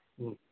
ꯎꯝ